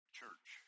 church